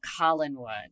Collinwood